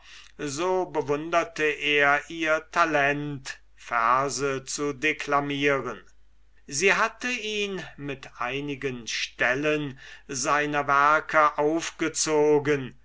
so bewunderte er ihr talent verse zu declamieren sie hatte ihn mit einigen stellen seiner werke aufgezogen